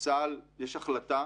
יש החלטה